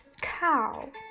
Cow